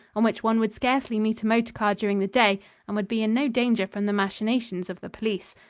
on which one would scarcely meet a motor car during the day and would be in no danger from the machinations of the police.